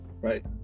right